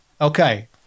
Okay